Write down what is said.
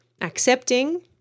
accepting